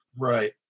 Right